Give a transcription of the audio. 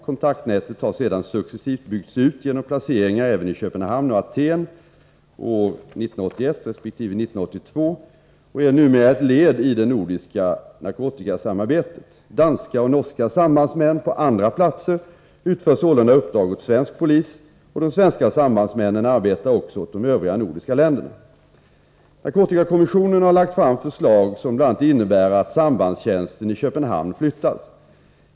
Kontaktnätet har sedan successivt byggts ut genom placeringar även i Köpenhamn och Aten år 1981 resp. 1982 och är numera ett led i det nordiska narkotikasamarbetet. Danska och norska sambandsmän på andra platser utför sålunda uppdrag åt svensk polis, och de svenska sambandsmännen arbetar också åt de övriga nordiska länderna. Narkotikakommissionen har lagt fram förslag som bl.a. innebär att sambandstjänsten i Köpenhamn flyttas.